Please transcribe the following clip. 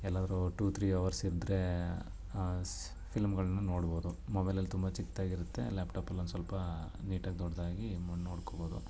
ಎಲ್ಲಾದರೂ two three hours ಇದ್ದರೆ ಆ ಸ್ ಫಿಲಮ್ಗಳನ್ನ ನೋಡ್ಬೋದು ಮೊಬೈಲಲ್ಲಿ ತುಂಬ ಚಿಕ್ಕದಾಗಿರುತ್ತೆ ಲ್ಯಾಪ್ಟಾಪಲ್ಲಿ ಒಂದು ಸ್ವಲ್ಪ ನೀಟಾಗಿ ದೊಡ್ಡದಾಗಿ ನೋಡ್ಕೋಬೋದು